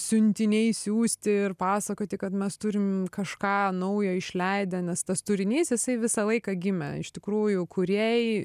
siuntiniais siųsti ir pasakoti kad mes turim kažką naujo išleidę nes tas turinys jisai visą laiką gimė iš tikrųjų kūrėjai